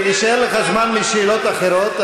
כבוד היושב-ראש, יישאר לך זמן לשאלות אחרות.